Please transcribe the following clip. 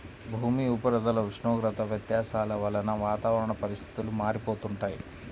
భూమి ఉపరితల ఉష్ణోగ్రత వ్యత్యాసాల వలన వాతావరణ పరిస్థితులు మారిపోతుంటాయి